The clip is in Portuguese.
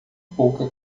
pouca